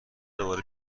دوباره